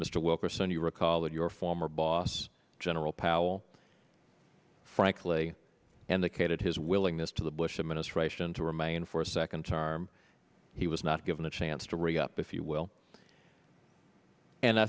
mr wilkerson you recall that your former boss general powell frankly and they catered his willingness to the bush administration to remain for a second term he was not given a chance to ring up if you will and i